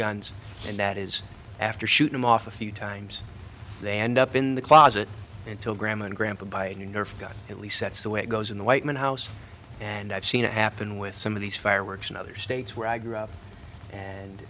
guns and that is after shooting off a few times they end up in the closet until grandma and grandpa buy a nerf gun at least that's the way it goes in the white house and i've seen it happen with some of these fireworks in other states where i grew up and